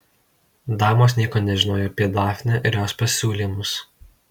damos nieko nežinojo apie dafnę ir jos pasiūlymus